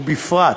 ובפרט